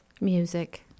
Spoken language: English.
music